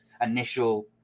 initial